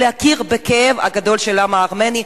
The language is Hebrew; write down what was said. להכיר בכאב הגדול של העם הארמני.